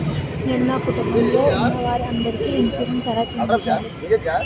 నేను నా కుటుంబం లొ ఉన్న వారి అందరికి ఇన్సురెన్స్ ఎలా చేయించాలి?